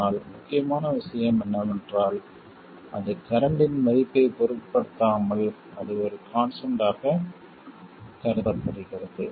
ஆனால் முக்கியமான விஷயம் என்னவென்றால் அது கரண்ட்டின் மதிப்பைப் பொருட்படுத்தாமல் அது ஒரு கான்ஸ்டன்ட் ஆகக் கருதப்படுகிறது